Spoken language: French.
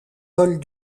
vole